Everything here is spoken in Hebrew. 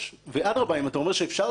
ואדרבא אם אתה אומר שאפשר להסדיר את זה